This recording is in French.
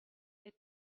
est